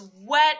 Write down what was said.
wet